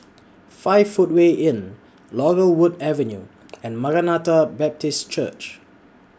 five Footway Inn Laurel Wood Avenue and Maranatha Baptist Church